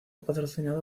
patrocinada